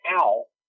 owl